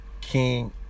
king